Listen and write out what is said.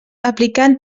aplicant